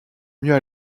mieux